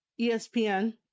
ESPN